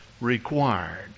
Required